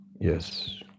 yes